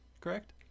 correct